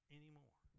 anymore